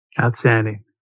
Outstanding